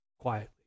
quietly